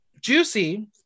Juicy